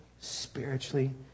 spiritually